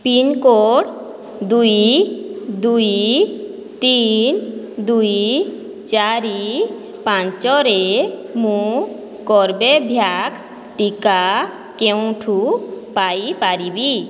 pincode ଦୁଇ ଦୁଇ ତିନି ଦୁଇ ଚାରି ପାଞ୍ଚରେ ମୁଁ କର୍ବେଭ୍ୟାକ୍ସ ଟିକା କେଉଁଠୁ ପାଇପାରିବି